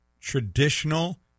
traditional